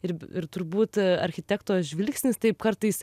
ir ir turbūt architekto žvilgsnis taip kartais